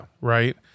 Right